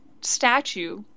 statue